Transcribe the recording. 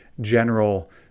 general